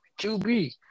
QB